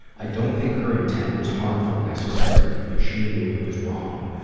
i don't think her intent was harmful, necessarily, but she knew it was wrong.